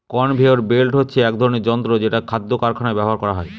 conveyor belt হচ্ছে এক ধরনের যন্ত্র যেটা খাদ্য কারখানায় ব্যবহার করা হয়